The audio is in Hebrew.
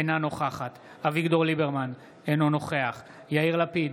אינה נוכחת אביגדור ליברמן, אינו נוכח יאיר לפיד,